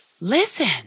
listen